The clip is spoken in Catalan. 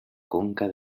conca